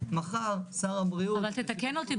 מחר שר הבריאות --- אבל תתקן אותי.